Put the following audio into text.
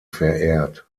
verehrt